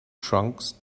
trunks